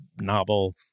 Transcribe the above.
novel